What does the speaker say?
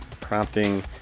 prompting